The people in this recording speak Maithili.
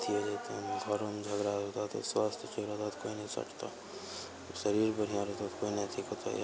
अथी हो जैतौ घरोमे झगड़ा हो जइतौ तऽ स्वास्थय चलि गेलाके बाद कोइ नहि सटतौ शरीर बढ़िआँ रहतौ तऽ कोइ नहि अथी कहतौ